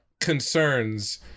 concerns